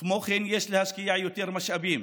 כמו כן, יש להשקיע יותר משאבים